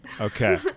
okay